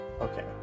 Okay